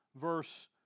verse